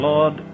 Lord